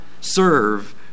serve